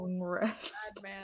rest